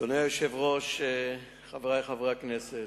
אדוני היושב-ראש, חברי חברי הכנסת,